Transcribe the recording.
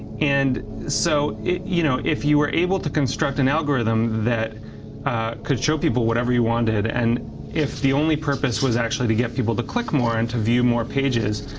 and so you know if you were able to construct an algorithm that could show people whatever you wanted, and if the only purpose was actually to get people to click more and to view more pages,